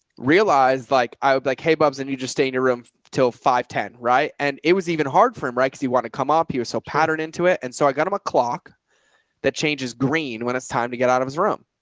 realized like, i would be like, hey bubs, and you just stay in your room till five ten. right. and it was even hard for him. right. cause he wanted to come up. he was so patterned into it. and so i got him a clock that changes green when it's time to get out of his room.